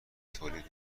تولید